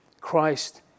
Christ